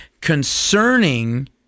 concerning